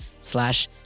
slash